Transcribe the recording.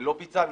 לא פיצלנו.